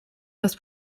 das